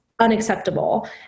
unacceptable